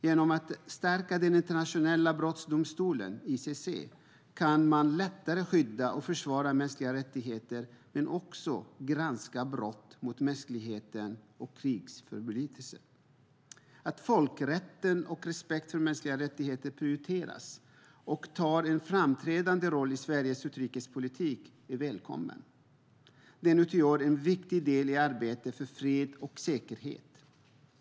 Genom att stärka den internationella brottsmålsdomstolen, ICC, kan man lättare skydda och försvara mänskliga rättigheter men också granska brott mot mänskligheten samt krigsförbrytelser. Att folkrätten och respekt för mänskliga rättigheter prioriteras och intar en framträdande roll i Sveriges utrikespolitik är välkommet. Det utgör en viktig del i arbetet för fred och säkerhet.